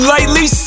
Lightly